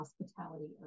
hospitality